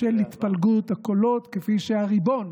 של התפלגות הקולות כפי שהריבון,